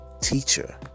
teacher